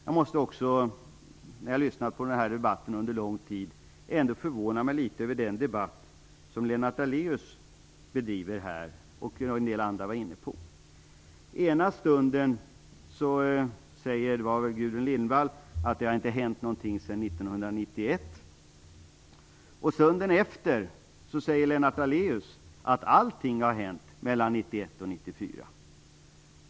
Efter att under lång tid ha lyssnat till denna debatt blir jag litet förvånad över den debatt som Lennart Daléus för här och som en del andra var inne på. I ena stunden säger Gudrun Lindvall, tror jag, att det inte har hänt något sedan 1991. Stunden efter säger Lennart Daléus att allt har hänt mellan 1991 och 1994.